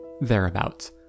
thereabouts